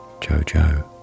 Jojo